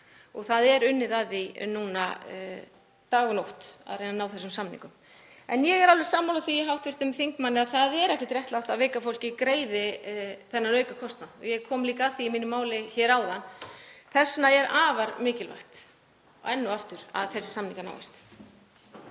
og það er unnið að því núna dag og nótt að reyna að ná þessum samningum. En ég er alveg sammála því hjá hv. þingmanni um að það er ekkert réttlátt að veika fólkið greiði þennan aukakostnað. Ég kom líka að því í mínu máli hér áðan. Þess vegna er afar mikilvægt, enn og aftur, að þessir samningar náist.